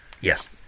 Yes